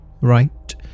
right